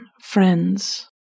friends